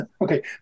okay